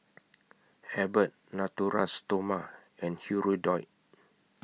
Abbott Natura Stoma and Hirudoid